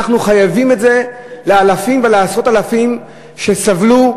אנחנו חייבים את זה לאלפים ולעשרות האלפים שסבלו,